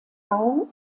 bau